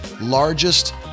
Largest